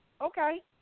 okay